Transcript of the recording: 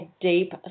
deep